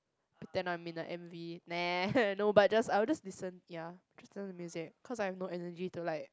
pretened I'm in a M_V !neh! no but just I would just listen ya just listen to music cause I've no energy to like